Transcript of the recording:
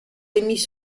émis